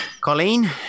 Colleen